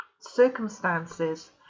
circumstances